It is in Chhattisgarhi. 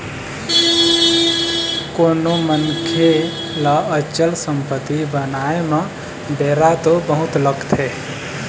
कोनो मनखे ल अचल संपत्ति बनाय म बेरा तो बहुत लगथे